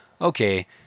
Okay